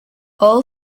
all